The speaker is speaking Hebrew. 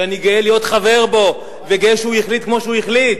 שאני גאה להיות חבר בו וגאה שהוא החליט כמו שהוא החליט.